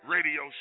Radio